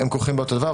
הם כרוכים באותו דבר,